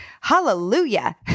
Hallelujah